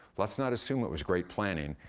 let's not assume it was great planning.